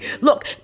Look